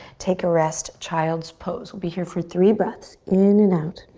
take a rest, child's pose. we'll be here for three breaths. in and out,